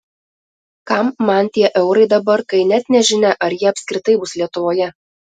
kam man tie eurai dabar kai net nežinia ar jie apskritai bus lietuvoje